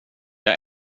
jag